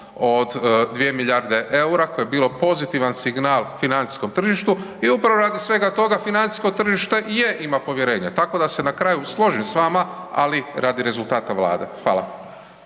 o 2 milijarde eura koje je bilo pozitivan signal financijskom tržištu i upravo radi svega toga financijsko tržište i je ima povjerenje, tako da se na kraju složim s vama, ali radi rezultata Vlade. Hvala.